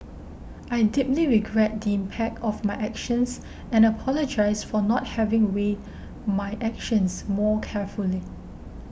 I deeply regret the impact of my actions and apologise for not having weighed my actions more carefully